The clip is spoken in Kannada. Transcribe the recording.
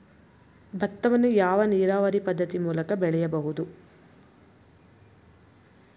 ಭತ್ತವನ್ನು ಯಾವ ನೀರಾವರಿ ಪದ್ಧತಿ ಮೂಲಕ ಬೆಳೆಯಬಹುದು?